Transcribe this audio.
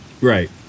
right